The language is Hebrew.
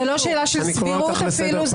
זאת לא שאלה של סבירות אפילו.